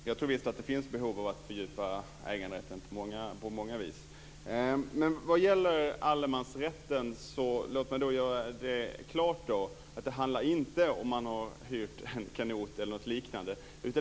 Fru talman! Jag tror visst att det finns behov av att fördjupa äganderätten på många vis. Vad gäller allemansrätten vill jag göra det klart att det inte handlar om man har hyrt en kanot eller något liknande.